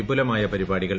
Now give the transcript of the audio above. വിപുലമായ പരിപാടികൾ